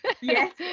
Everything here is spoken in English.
Yes